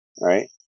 right